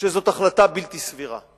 שזאת החלטה בלתי סבירה.